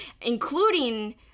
including